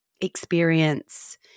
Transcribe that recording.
experience